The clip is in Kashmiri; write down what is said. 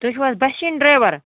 تُہۍ چھُو حظ دٔچھِنۍ ڈرٛیوَر